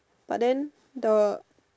but then the